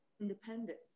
independence